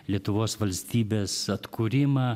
lietuvos valstybės atkūrimą